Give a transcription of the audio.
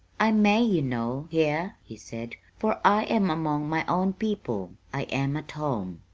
i may, you know, here, he said, for i am among my own people. i am at home.